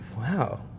Wow